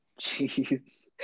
Jeez